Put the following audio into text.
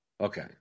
Okay